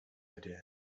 idea